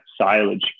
silage